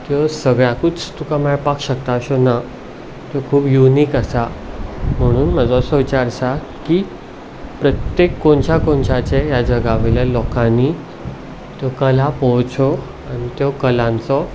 त्यो सगळ्याकूच तुका मेळपाक शकता अश्यो ना त्यो खूब युनिक आसा म्हणून म्हजो असो विचार आसा की प्रत्येक कोणशा कोणशाचेर ह्या जगावेल्या लोकांनी त्यो कला पळोवच्यो आनी त्यो कलांचो